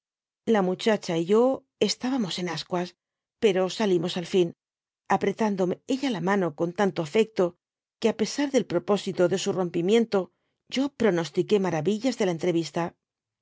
la muchacha y yo estábamos en ascuas pero salimos en fin apretándome ella la mano con tanto afecto que á pesar dei proposito de sü rompimiento j yo pronostiqué majeavillas de la entrevista